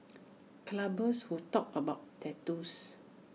clubbers who talk about tattoos